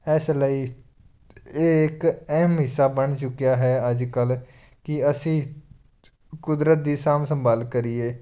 ਇਸ ਲਈ ਇਹ ਇੱਕ ਅਹਿਮ ਹਿੱਸਾ ਬਣ ਚੁੱਕਿਆ ਹੈ ਅੱਜ ਕੱਲ੍ਹ ਕਿ ਅਸੀਂ ਕੁਦਰਤ ਦੀ ਸਾਂਭ ਸੰਭਾਲ ਕਰੀਏ